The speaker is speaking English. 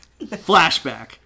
Flashback